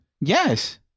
Yes